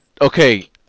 okay